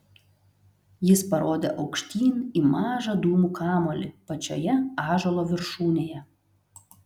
jis parodė aukštyn į mažą dūmų kamuolį pačioje ąžuolo viršūnėje